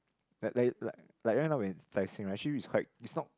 like like like like actually it's quite it's not